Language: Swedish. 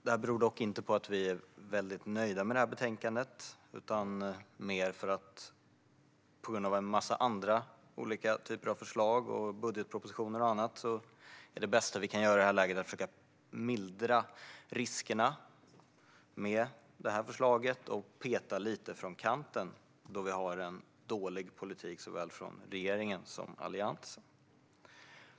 Det beror dock inte på att vi är väldigt nöjda med det här betänkandet utan mer på att det bästa vi kan göra i det här läget, med en massa andra typer av förslag och budgetpropositionen och annat, är att försöka mildra riskerna med det här förslaget och peta lite från kanten, då det är en dålig politik såväl från regeringen som från Alliansen.